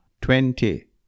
twenty